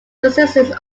consisted